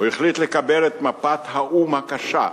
הוא החליט לקבל את מפת האו"ם הקשה,